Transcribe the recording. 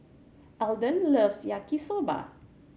Alden loves Yaki Soba